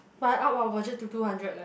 fly out our budget to two hundred leh